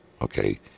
okay